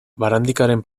barandikaren